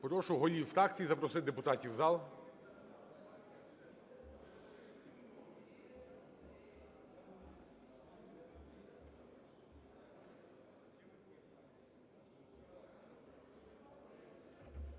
Прошу голів фракцій запросити депутатів в зал.